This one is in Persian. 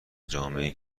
جامعهای